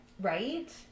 right